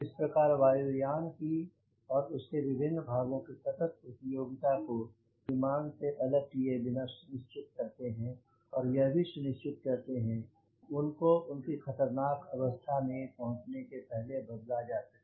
इस प्रकार वायु यान की और उसके विभिन्न भागों की सतत उपयोगिता को विमान से अलग किए बिना सुनिश्चित करते हैं और यह भी सुनिश्चित करते हैं उनको उनकी खतरनाक अवस्था में पहुंचने के पहले बदला जा सके